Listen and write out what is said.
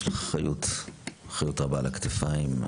יש לך אחריות רבה על הכתפיים.